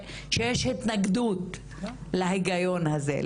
שיש התנגדות להיגיון הזה,